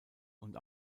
und